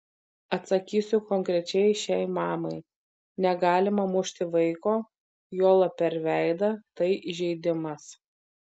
atsakysiu konkrečiai šiai mamai negalima mušti vaiko juolab per veidą tai įžeidimas